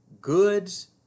goods